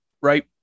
Right